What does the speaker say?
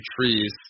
trees